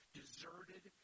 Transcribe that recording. deserted